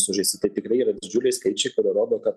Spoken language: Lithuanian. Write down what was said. sužeisti tai tikrai yra didžiuliai skaičiai kurie rodo kad